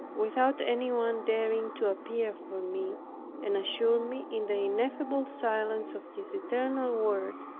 without anyone daring to appear for me and assured me in the ineffable silence of his eternal word,